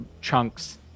chunks